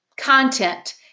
content